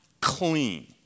clean